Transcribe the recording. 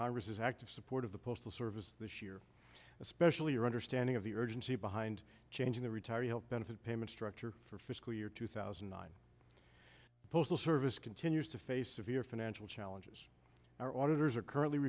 congress active support of the postal service this year especially your understanding of the urgency behind changing the retiree health benefit payments structure for fiscal year two thousand and nine the postal service continues to face severe financial challenges our auditors are currently